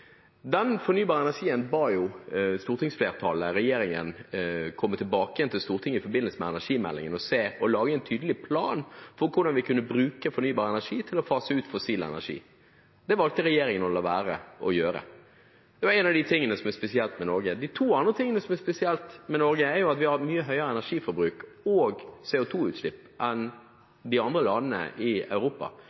Den fornybare energien ba stortingsflertallet regjeringen komme tilbake igjen til Stortinget med i forbindelse med energimeldingen og lage en tydelig plan for hvordan vi kunne bruke fornybar energi til å fase ut fossil energi. Det valgte regjeringen å la være å gjøre. Det er en av de tingene som er spesielt med Norge. Av de to andre tingene som er spesielt med Norge, er den ene at vi har mye høyere energiforbruk og CO 2 -utslipp enn de andre landene i Europa.